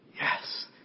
yes